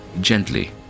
gently